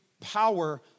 power